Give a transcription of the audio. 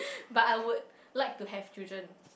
but I would like to have children